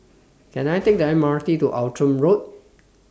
Can I Take The M R T to Outram Road